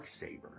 Darksaber